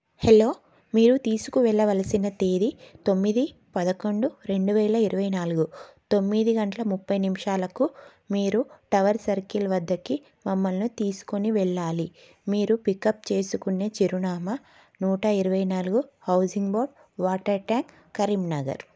hello మీరు తీసుకు వెళ్ళవలసిన తేదీ తొమ్మిది పదకొండు రెండు వేల ఇరవై నాలుగు తొమ్మిది గంటల ముప్పై నిమిషాలకు మీరు టవర్ సర్కిల్ వద్దకి మమ్మలని తీసుకొని వెళ్ళాలి మీరు పికప్ చేసుకునే చిరునామా నూట ఇరవై నాలుగు housing board water tank Karimnagar